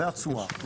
והתשואה.